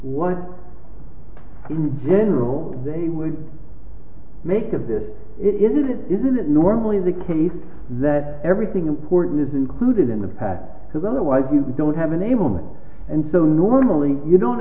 what in general they would make of this it isn't it isn't it normally the case that everything important is included in the pack because otherwise you don't have a name on it and so normally you don't